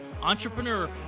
entrepreneur